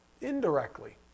indirectly